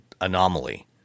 anomaly